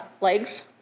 legs